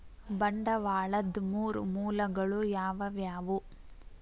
ಬಂಡವಾಳದ್ ಮೂರ್ ಮೂಲಗಳು ಯಾವವ್ಯಾವು?